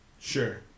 Sure